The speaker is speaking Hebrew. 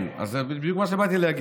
כן, אז זה בדיוק מה שבאתי להגיד.